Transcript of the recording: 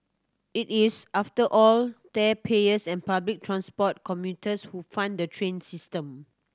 it is after all taxpayers and public transport commuters who fund the train system